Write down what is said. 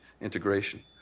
integration